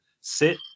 sit